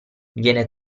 viene